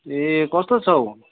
ए कस्तो छौ